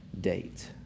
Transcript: date